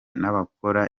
n’abakora